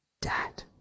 dad